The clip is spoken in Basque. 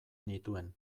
nituen